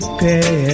pay